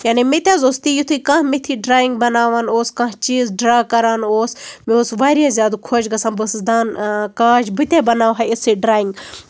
مےٚ تہِ حظ اوس تہِ یِتھُے کانٛہہ مےٚ تھی ڈریِنگ بَناوان اوس کانٛہہ چیٖز ڈرا کران اوس مےٚ اوس واریاہ زیادٕ خۄش گژھان بہٕ ٲسٕس دپان کاش بہٕ تہِ بَناوٕ ہا یِژھٕے ڈریِنگ